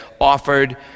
offered